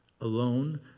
alone